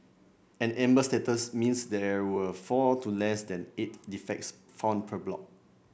an amber status means there were four to less than eight defects found per block